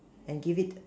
and give it